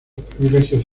privilegios